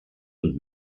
und